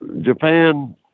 Japan